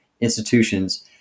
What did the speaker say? institutions